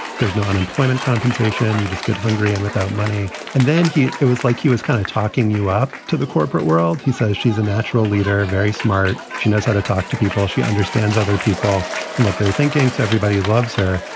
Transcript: there's no unemployment compensation and you just get hungry and without money. and then he was like he was kind of talking you up to the corporate world. he says she's a natural leader, very smart. she knows how to talk to people. she understands other people and what they're thinking. everybody loves her.